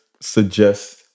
suggest